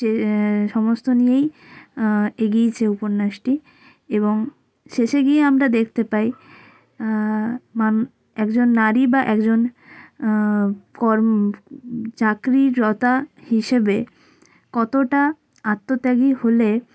সে সমস্ত নিয়েই এগিয়েছে উপন্যাসটি এবং শেষে গিয়ে আমরা দেখতে পাই মান একজন নারী বা একজন কর্ম চাকরিরতা হিসেবে কতোটা আত্মত্যাগী হলে